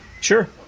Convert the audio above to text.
Sure